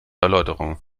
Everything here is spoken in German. erläuterung